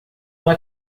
uma